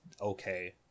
okay